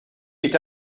est